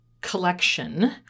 collection